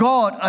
God